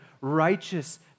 righteous